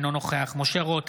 אינו נוכח משה רוט,